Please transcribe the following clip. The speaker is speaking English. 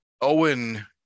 Owen